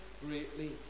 greatly